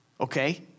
Okay